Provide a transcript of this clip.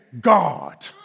God